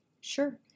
Sure